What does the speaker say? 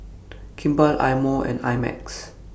Kimball Eye Mo and I Max